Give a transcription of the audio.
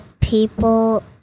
people